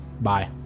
Bye